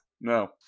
No